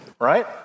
right